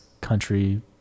country